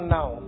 now